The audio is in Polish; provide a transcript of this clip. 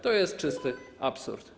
To jest czysty absurd.